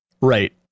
right